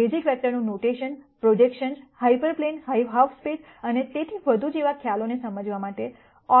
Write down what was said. basic વેક્ટરનું notation projections hyperplane half space અને તેથી વધુ જેવા ખ્યાલોને સમજવા માટે